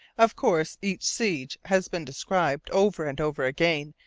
of course, each siege has been described, over and over again,